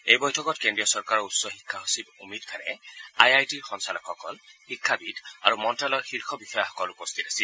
এই বৈঠকত কেন্দ্ৰীয় চৰকাৰৰ উচ্চ শিক্ষা সচিব অমিত খাৰে আই আই টিৰ সঞ্চালকসকল শিক্ষাবিদ আৰু মন্ত্যালয়ৰ শীৰ্ষ বিষয়াসকল উপস্থিত আছিল